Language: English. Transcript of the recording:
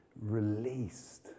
released